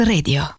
Radio